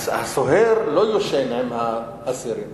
הסוהר לא ישן עם האסירים,